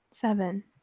Seven